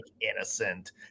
innocent